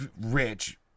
rich